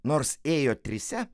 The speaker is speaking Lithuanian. nors ėjo trise